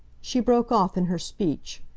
she broke off in her speech.